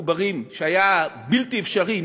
שהיה בלתי אפשרי,